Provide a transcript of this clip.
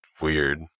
weird